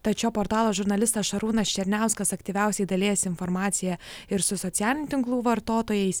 tačiau portalo žurnalistas šarūnas černiauskas aktyviausiai dalijasi informacija ir su socialinių tinklų vartotojais